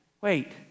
Wait